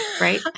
right